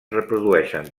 reprodueixen